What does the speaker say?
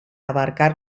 abarcar